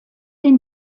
den